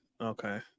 Okay